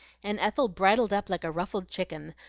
and ethel bridled up like a ruffled chicken,